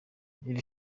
iri